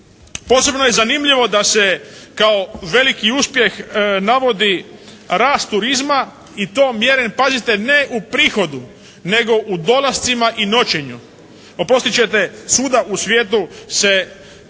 Posebno je zanimljivo da se kao veliki uspjeh navodi rast turizma i to mjeren pazite ne u prihodu nego u dolascima i noćenju. Oprostit ćete, svuda u svijetu se